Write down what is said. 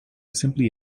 simply